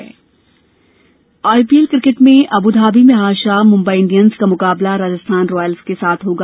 IPL IPL cricket में Abu Dhabi में आज शाम मुंबई इंडियंस का मुकाबला राजस्थान रॉयल्स के साथ होगा